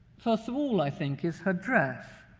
first of all, i think, is her dress.